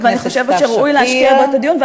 ואני חושבת שראוי לאפשר את הדיון בו.